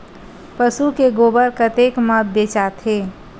पशु के गोबर कतेक म बेचाथे?